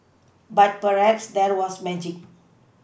but perhaps there was magic